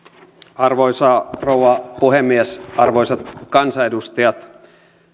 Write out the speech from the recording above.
arvoisa rouva puhemies arvoisat kansanedustajat